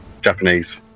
Japanese